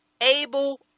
Abel